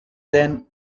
than